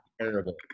terrible